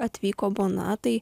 atvyko bona tai